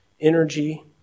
energy